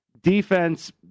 defense